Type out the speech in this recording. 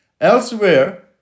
Elsewhere